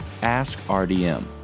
AskRDM